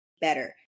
better